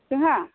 जोंहा